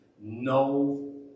No